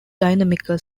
dynamical